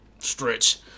Stretch